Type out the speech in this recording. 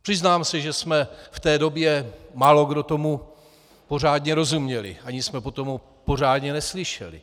Přiznám se, že jsme v té době málokdo tomu pořádně rozuměli, ani jsme o tom pořádně neslyšeli.